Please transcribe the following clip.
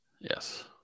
Yes